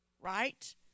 right